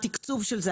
התקצוב של זה,